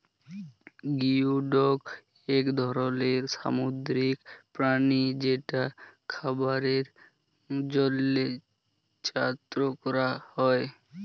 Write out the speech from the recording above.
geoduck এক ধরলের সামুদ্রিক প্রাণী যেটা খাবারের জন্হে চাএ ক্যরা হ্যয়ে